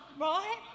right